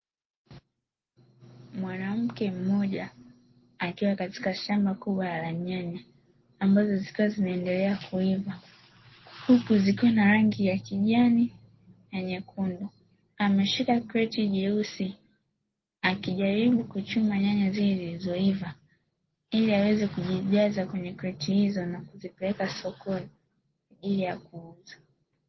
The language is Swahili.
Mwanamke mmoja akiwa katika shamba kubwa la nyanya ambazo zikiwa zinaendelea kuiva huku zikiwa na rangi ya kijani na nyekundu, ameshika kreti jeusi akijaribu kuchuma nyanya zile zilizoiva ili aweze kuzijaza katika kreti hizo na kuzipeleka sokoni kwa ajili ya kuuza.